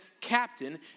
captain